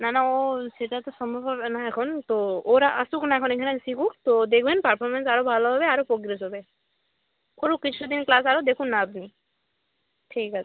না না ও সেটা তো সম্ভব হবে না এখন তো ওরা আসুক না এখন এখানে শিখুক তো দেখবেন পারফমেন্স আরও ভালো হবে আরও পোগ্রেস হবে করুক কিছু দিন ক্লাস আরও দেখুন না আপনি ঠিক আছে